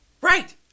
right